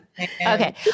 Okay